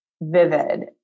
vivid